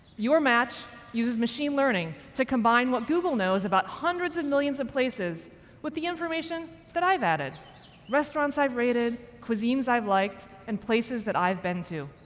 your match uses machine learning to combine what google knows about hundreds of millions of places with the information that i've added restaurants i've rated, cuisines i've liked, and places that i've been to.